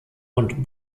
und